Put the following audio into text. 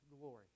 glory